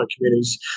communities